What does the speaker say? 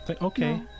okay